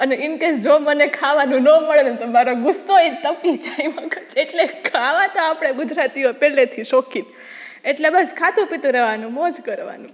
અને in case મને જો ખાવાનું ન મળે ને તો મારો ગુસ્સો પણ તપી જાય એટલે ખાવા તો આપણે ગુજરાતીઓ પહેલેથી શોખીન એટલે બસ ખાતું પીતું રહેવાનું મોજ કરવાની